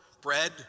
bread